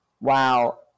wow